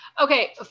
Okay